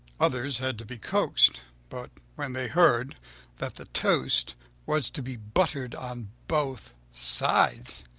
others had to be coaxed, but when they heard that the toast was to be buttered on both sides,